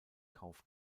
kauf